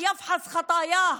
שיבדוק קודם את חטאיו,